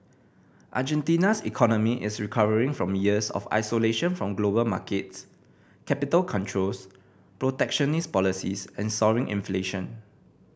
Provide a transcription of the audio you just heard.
Argentina's economy is recovering from years of isolation from global markets capital controls protectionist policies and soaring inflation